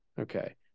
Okay